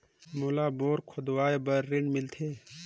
मोला बोरा खोदवाय बार ऋण मिलथे?